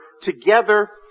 together